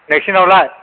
नोंसिनावलाय